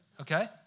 okay